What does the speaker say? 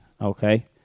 Okay